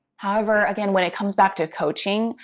however, again, when it comes back to coaching,